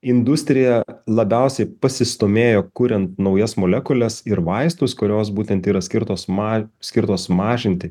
industrija labiausiai pasistūmėjo kuriant naujas molekules ir vaistus kurios būtent yra skirtos ma skirtos mažinti